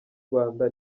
rwanda